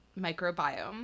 microbiome